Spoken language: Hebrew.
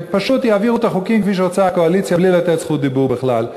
ופשוט יעבירו את החוקים כפי שרוצה הקואליציה בלי לתת רשות דיבור בכלל.